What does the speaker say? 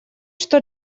что